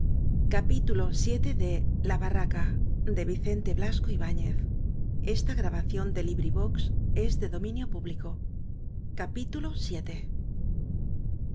la barraca de su